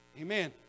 Amen